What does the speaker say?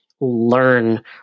learn